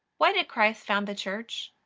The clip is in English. why did christ found the church?